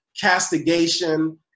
castigation